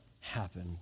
happen